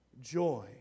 joy